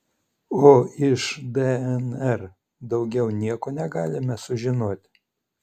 o iš dnr daugiau nieko negalime sužinot